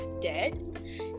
dead